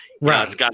Right